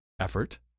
effort